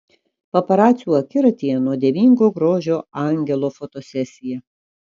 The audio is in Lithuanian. paparacių akiratyje nuodėmingo grožio angelo fotosesija